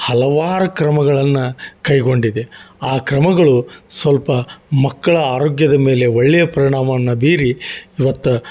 ಹಲವಾರು ಕ್ರಮಗಳನ್ನು ಕೈಗೊಂಡಿದೆ ಆ ಕ್ರಮಗಳು ಸ್ವಲ್ಪ ಮಕ್ಕಳ ಆರೋಗ್ಯದ ಮೇಲೆ ಒಳ್ಳೆಯ ಪರಿಣಾಮವನ್ನು ಬೀರಿ ಇವತ್ತು